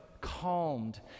calmed